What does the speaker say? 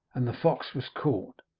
and the fox was caught